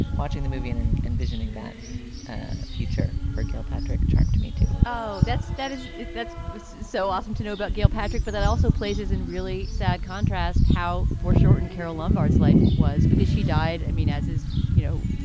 watching the movie and envisioning that and future for gilpatric charmed me, too oh, that's that is that's so awesome to know about gilpatric. but that also places in really sad contrast how foreshortened carol lombards life was because she died. i mean, as is, you know,